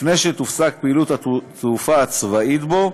לפני שתופסק פעילות התעופה הצבאית בו.